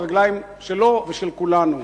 ברגליים שלו ושל כולנו.